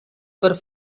per